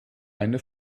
eine